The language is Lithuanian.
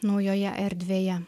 naujoje erdvėje